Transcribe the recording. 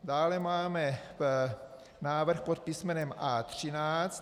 Dále máme návrh pod písmenem A13.